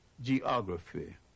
geography